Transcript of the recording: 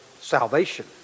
salvation